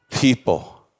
people